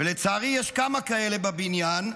לצערי, יש כמה כאלה בבניין.